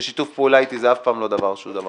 ששיתוף פעולה אתי זה אף פעם לא דבר --- אני